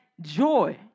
joy